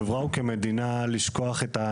מאוד גדולה